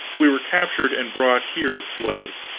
we were captured and brought here as slaves.